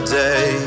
day